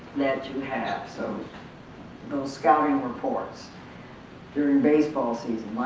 that you have? so those scouting reports during baseball season.